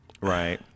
Right